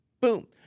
Boom